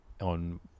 on